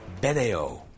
Beneo